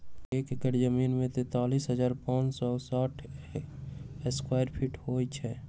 एक एकड़ जमीन में तैंतालीस हजार पांच सौ साठ स्क्वायर फीट होई छई